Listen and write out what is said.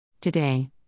Today